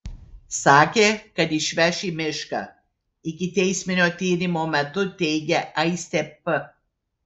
sakė kad išveš į mišką ikiteisminio tyrimo metu teigė aistė p